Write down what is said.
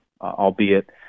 albeit